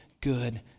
good